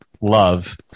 love